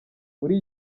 muri